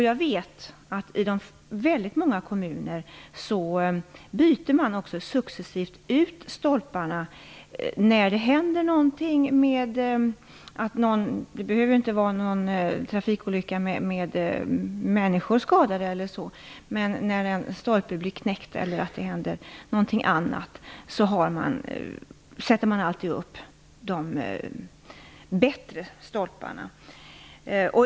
Jag vet att man i väldigt många kommuner successivt byter ut stolparna när det händer någonting. Det behöver inte vara någon trafikolycka med människor skadade. Det kan ske när en stolpe blir knäckt eller någonting annat händer. Då sätter man alltid upp de bättre stolparna.